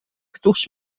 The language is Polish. któż